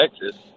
Texas